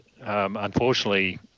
unfortunately